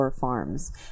farms